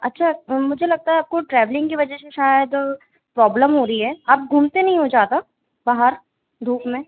अच्छा मुझे लगता है आपको ट्रैवलिंग की वजह से शायद प्रॉब्लम हो रही है आप घूमते नहीं हो ज्यादा बाहर धूप में